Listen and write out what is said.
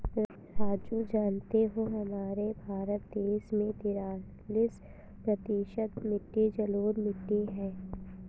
राजू जानते हो हमारे भारत देश में तिरालिस प्रतिशत मिट्टी जलोढ़ मिट्टी हैं